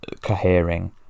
cohering